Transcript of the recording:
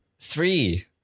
three